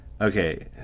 Okay